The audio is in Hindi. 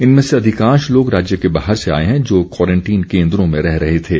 इनमें से अधिकांश लोग राज्य के बाहर से आए हैं जो क्वारंटीन केन्द्रों में रह रहे थे